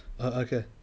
Okay